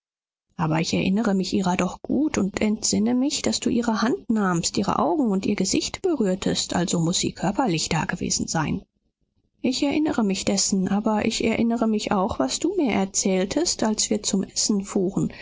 aber ich erinnere mich ihrer doch gut und entsinne mich daß du ihre hand nahmst ihre augen und ihr gesicht berührtest also muß sie körperlich dagewesen sein ich erinnere mich dessen aber ich erinnere mich auch was du mir erzähltest als wir zum essen fuhren